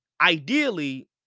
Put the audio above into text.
ideally